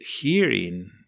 hearing